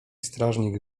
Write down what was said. strażnik